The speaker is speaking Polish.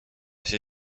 się